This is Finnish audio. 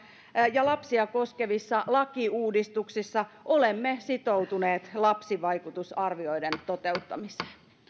ja lapsia koskevissa lakiuudistuksissa olemme sitoutuneet lapsivaikutusarvioiden toteuttamiseen